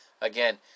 Again